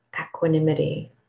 equanimity